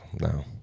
no